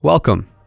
Welcome